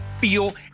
feel